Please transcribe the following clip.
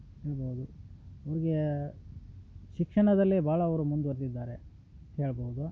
ಹೇಳ್ಬೋದು ಇವ್ರ್ಗೇ ಶಿಕ್ಷಣದಲ್ಲಿ ಭಾಳ ಅವ್ರು ಮುಂದ್ವರ್ದಿದ್ದಾರೆ ಹೇಳ್ಬೌದು